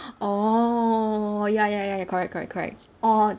oh ya ya ya ya correct correct correct orh